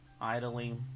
idly